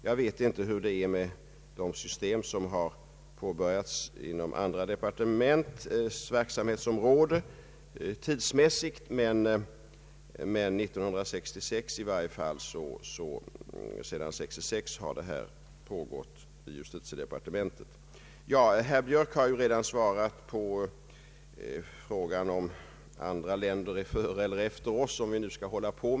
Jag vet inte hur det är tidsmässigt med de system som har påbörjats inom andra departements verksamhetsområden, men sedan 1966 har detta alltså pågått inom justitiedepartementet. Herr Björk har redan svarat på frågan om andra länder är före eller efter oss.